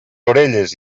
orelles